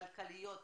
הכלכליות,